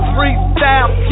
Freestyle